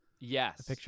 Yes